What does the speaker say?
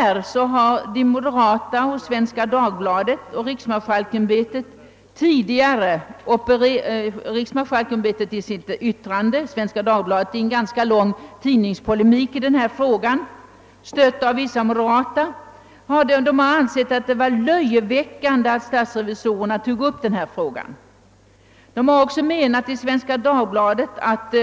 Riksmarskalksämbetet har haft en annan mening och Svenska Dagbladet har i en ganska lång tidningspolemik i denna fråga, som stötts av vissa moderata, ansett att det var löjeväckande, att statsrevisorerna tagit upp denna fråga. Man har också i Svenska Dagbladet gjort